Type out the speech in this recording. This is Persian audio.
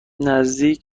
نزدیک